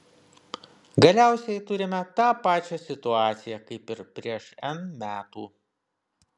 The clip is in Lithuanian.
galiausiai turime tą pačią situaciją kaip ir prieš n metų